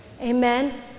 Amen